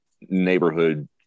neighborhood